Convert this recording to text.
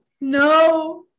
no